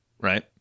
right